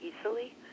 easily